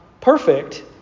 perfect